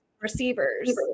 receivers